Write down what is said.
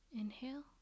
Inhale